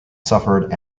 suffered